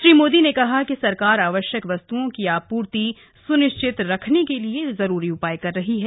श्री मोदी ने कहा कि सरकार आवश्यक वस्त्ओं की आपूर्ति सुनिश्चित रखने के लिए जरूरी उपाय कर रही है